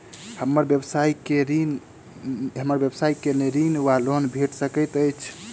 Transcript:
हमरा व्यवसाय कऽ लेल ऋण वा लोन भेट सकैत अछि?